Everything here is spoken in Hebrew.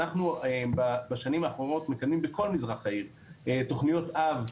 אנחנו בשנים האחרונות מקדמים בכל מזרח העיר תוכניות אב,